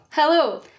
Hello